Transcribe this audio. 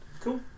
Cool